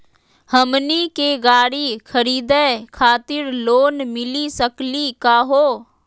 हमनी के गाड़ी खरीदै खातिर लोन मिली सकली का हो?